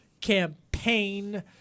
campaign